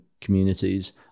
communities